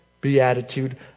beatitude